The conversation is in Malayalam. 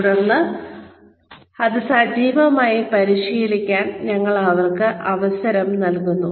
തുടർന്ന് അത് സജീവമായി പരിശീലിക്കാൻ ഞങ്ങൾ അവർക്ക് അവസരം നൽകുന്നു